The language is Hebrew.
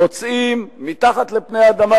מוצאים מתחת לפני האדמה,